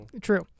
true